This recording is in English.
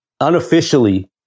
unofficially